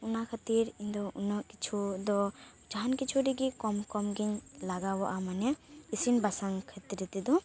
ᱚᱱᱟ ᱠᱷᱟᱹᱛᱤᱨ ᱤᱧᱫᱚ ᱩᱱᱟᱹᱜ ᱠᱤᱪᱷᱩ ᱫᱚ ᱡᱟᱦᱟᱱ ᱠᱤᱪᱷᱩ ᱨᱮᱜᱮ ᱠᱚᱢ ᱠᱚᱢᱜᱮᱧ ᱞᱟᱜᱟᱣᱟᱜᱼᱟ ᱢᱟᱱᱮ ᱤᱥᱤᱱ ᱵᱟᱥᱟᱝ ᱠᱷᱮᱛᱨᱮ ᱛᱮᱫᱚ